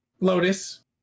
Lotus